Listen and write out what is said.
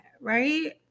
right